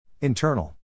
Internal